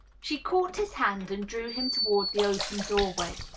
she caught his hand and drew him toward the open door-way.